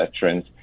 veterans